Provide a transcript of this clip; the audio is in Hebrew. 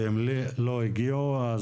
והם לא הגיעו,